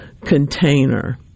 container